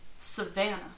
Savannah